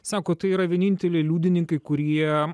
sako tai yra vieninteliai liudininkai kurie